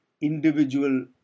individual